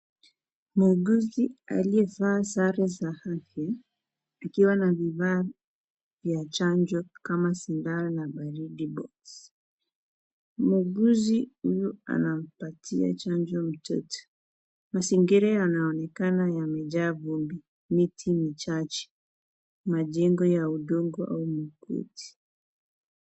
Muuguzi aliyevaa sare za afya akiwa na vifaa vya chanjo kama sindano na baridi boksi, muuguzi huyo anampatia chanjo mtoto, mazingira yanaonekana yamejaa vumbi, miti michache, majengo ya udongo au makuti.